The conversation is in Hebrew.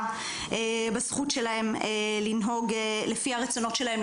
בזכות שלהם לנהוג לפי הרצונות שלהם,